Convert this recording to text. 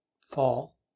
fall